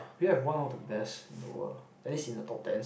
we have one of the best in the world at least in the top ten